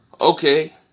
Okay